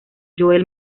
joel